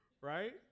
Right